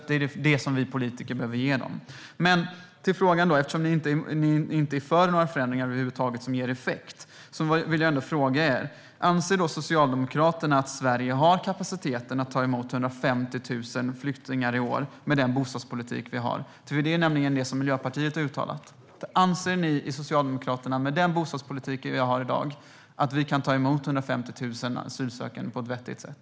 Det är vad vi politiker behöver ge dem. Så till frågan. Ni är inte för några förändringar över huvud taget som ger effekt. Jag vill ändå fråga er: Anser Socialdemokraterna att Sverige har kapacitet att ta emot 150 000 flyktingar i år med den bostadspolitik vi har? Det är nämligen det som Miljöpartiet uttalat. Anser ni i Socialdemokraterna att vi med den bostadspolitik vi har i dag kan ta emot 150 000 asylsökande på ett vettigt sätt?